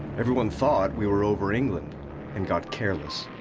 everyone thought we were over england and got careless.